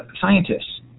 scientists